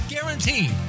guaranteed